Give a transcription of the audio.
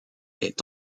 est